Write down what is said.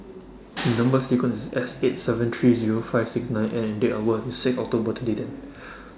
Number sequence IS S eight seven three Zero five six nine N and Date of birth IS six October twenty ten